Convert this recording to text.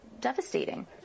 devastating